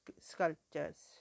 sculptures